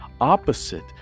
opposite